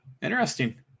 Interesting